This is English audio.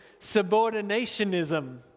subordinationism